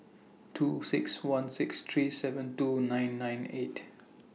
two six one six three seven two nine nine eight